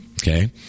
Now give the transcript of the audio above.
okay